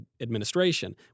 administration